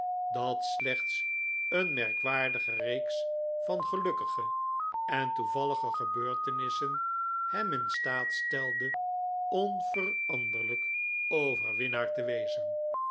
dat slechts een merkwaardige reeks van gelukkige en toevallige gebeurtenissen hem in staat stelde onveranderlijk overwinnaar te wezen